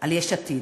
על יש עתיד,